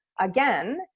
Again